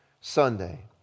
Sunday